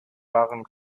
waren